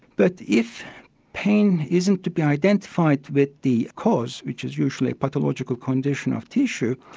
but if pain isn't to be identified with the cause, which is usually a pathological condition of tissue,